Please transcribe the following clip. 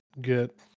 get